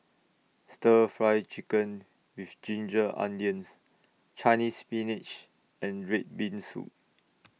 Stir Fry Chicken with Ginger Onions Chinese Spinach and Red Bean Soup